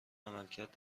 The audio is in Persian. عملکرد